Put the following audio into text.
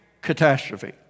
catastrophe